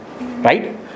Right